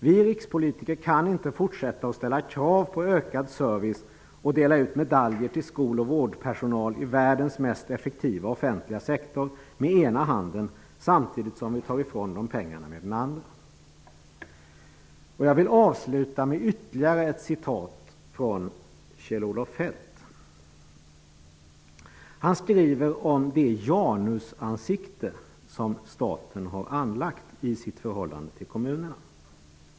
Vi rikspolitiker kan inte fortsätta att ställa krav på ökad service och med ena handen dela ut medaljer till skol och vårdpersonal i världens mest effektiva offentliga sektor samtidigt som vi tar från dem pengarna med den andra. Jag vill avsluta med att återge ytterligare några rader från Kjell-Olof Feldts bok. Han skriver om det janusansikte som staten har anlagt i sitt förhållande till kommunerna.